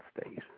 state